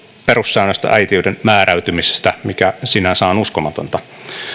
perussäännöstä äitiyden määräytymisestä mikä sinänsä on uskomatonta